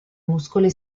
muscoli